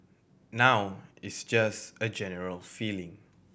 now it's just a general feeling